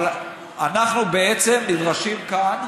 אבל אנחנו בעצם נדרשים כאן,